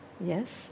yes